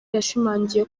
yashimangiye